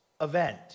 event